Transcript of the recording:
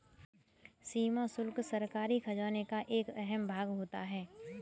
सीमा शुल्क सरकारी खजाने का एक अहम भाग होता है